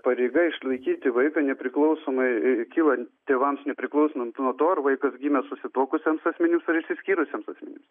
pareiga išlaikyti vaiką nepriklausomai kyla tėvams nepriklausant nuo to ar vaikas gimė susituokusiems asmenims ir išsiskyrusiems asmenims